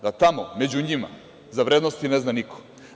Da tamo, među njima za vrednosti ne zna niko.